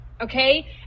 okay